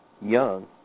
young